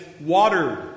watered